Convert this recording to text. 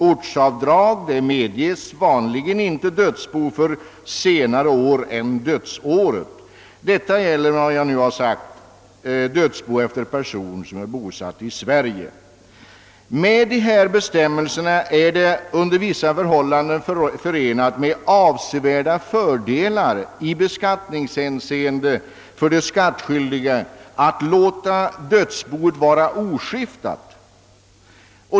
Ortsavdrag medges vanligtvis inte dödsbo för senare år än dödsfallsåret. Vad jag nu sagt gäller dödsbo efter person som är bosatt i Sverige. Med nuvarande bestämmelser är det under vissa förhållanden för de skattskyldiga förenat med avsevärda fördelar i beskattningshänseende att låta dödsboet vara oskiftat.